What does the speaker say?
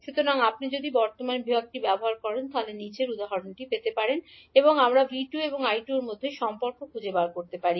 সুতরাং যদি আপনি বর্তমান বিভাগ ব্যবহার করেন এখন আমাদের V 2 এবং I 2 এর মধ্যে সম্পর্ক খুঁজে বের করা উচিত